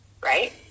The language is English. Right